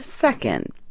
second